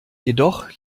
jedoch